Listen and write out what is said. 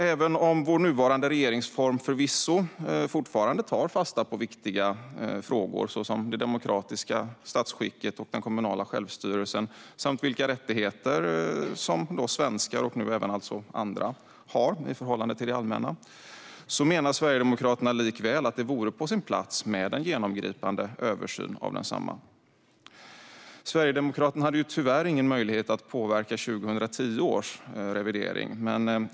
Även om vår nuvarande regeringsform förvisso fortfarande tar fasta på viktiga frågor såsom det demokratiska statsskicket och den kommunala självstyrelsen samt vilka rättigheter som svenskar och nu alltså även andra har i förhållande till det allmänna menar Sverigedemokraterna likväl att det vore på sin plats med en genomgripande översyn av densamma. Sverigedemokraterna hade ju ingen möjlighet att påverka 2010 års revidering.